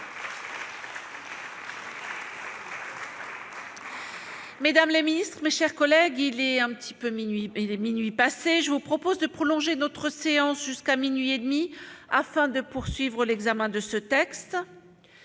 Mesdames les ministres, mes chers collègues, il est minuit passé. Je vous propose de prolonger notre séance jusqu'à zéro heure trente, afin de poursuivre plus avant l'examen de ce texte.